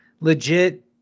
legit